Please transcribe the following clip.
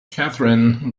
catherine